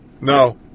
No